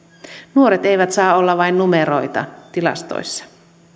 nuoret eivät saa olla vain numeroita tilastoissa